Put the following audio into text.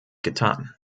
getan